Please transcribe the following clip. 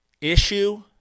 issue